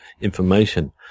information